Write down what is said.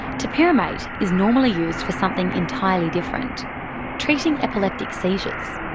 topiramate is normally used for something entirely different treating epileptic seizures.